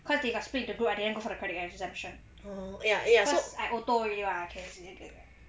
cause they got split into group I didn't go for the credit exemption cause I auto already [what] I can easily get